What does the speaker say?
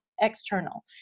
external